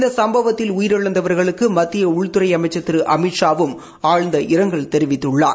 இந்த சம்பவத்தில் உயிரிழந்தவர்களுக்கு மத்திய உள்துறை அமைச்சா் திரு அமித்ஷா வும் ஆழ்ந்த இரங்கல் தெரிவித்துள்ளார்